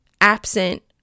absent